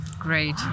Great